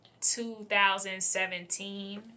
2017